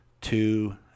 two